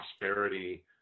prosperity